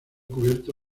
cubierto